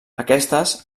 aquestes